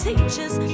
Teachers